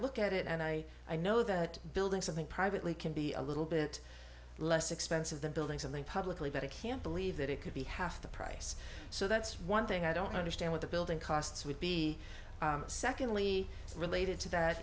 look at it and i i know that building something privately can be a little bit less expensive than building something publicly but i can't believe that it could be half the price so that's one thing i don't understand what the building costs would be secondly related to that